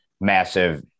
massive